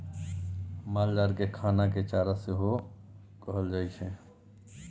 मालजाल केर खाना केँ चारा सेहो कहल जाइ छै